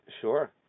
Sure